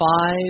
five